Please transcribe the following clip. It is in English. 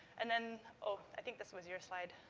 and then, oh, i think this was your slide.